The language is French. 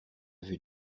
vue